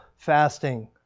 Fasting